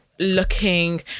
looking